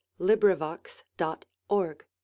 LibriVox.org